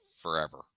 forever